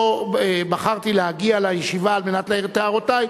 בחרתי להגיע לישיבה על מנת להעיר את הערותי,